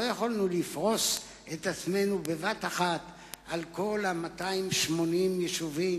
לא יכולנו לפרוס את עצמנו בבת אחת על כל 280 היישובים,